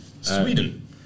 Sweden